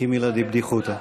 כמילתא דבדיחותא.